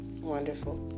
Wonderful